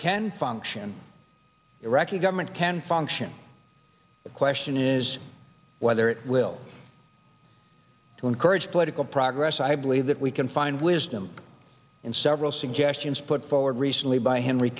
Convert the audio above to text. can function iraqi government can function the question is whether it will encourage political progress i believe that we can find wisdom in several suggestions put forward recently by henry